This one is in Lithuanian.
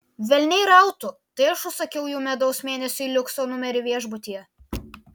velniai rautų tai aš užsakiau jų medaus mėnesiui liukso numerį viešbutyje